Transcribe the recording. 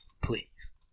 please